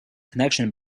connection